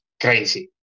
crazy